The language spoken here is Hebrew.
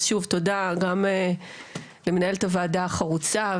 אז שוב תודה גם למנהלת הוועדה החרוצה,